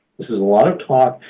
this is a lot of talk.